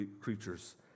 creatures